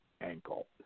ankle